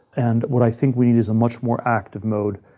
and what i think we need is a much more active mode.